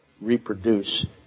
reproduce